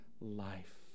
life